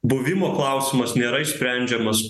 buvimo klausimas nėra išsprendžiamas